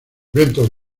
vientos